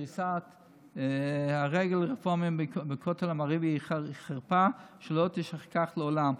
דריסת הרגל לרפורמים בכותל המערבי היא חרפה שלא תישכח לעולם.